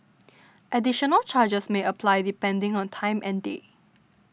additional charges may apply depending on time and day